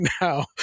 now